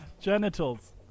Genitals